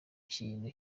kintu